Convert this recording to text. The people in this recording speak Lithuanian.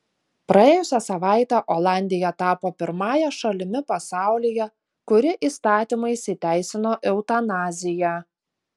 praėjusią savaitę olandija tapo pirmąja šalimi pasaulyje kuri įstatymais įteisino eutanaziją